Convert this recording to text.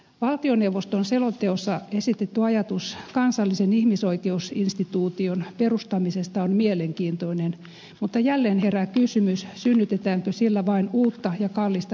valtioneuvoston selonteossa esitetty ajatus kansallisen ihmisoikeusinstituution perustamisesta on mielenkiintoinen mutta jälleen herää kysymys synnytetäänkö sillä vain uutta ja kallista byrokratiaa